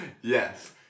Yes